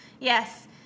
Yes